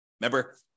Remember